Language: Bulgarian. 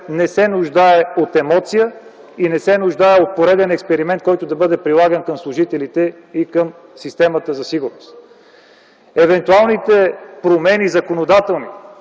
не се нуждае от емоции и не се нуждае от пореден експеримент, който да бъде прилаган към служителите и към системата за сигурност. Евентуалните законодателни